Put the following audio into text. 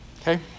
Okay